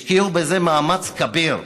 השקיעו בזה מאמץ כביר,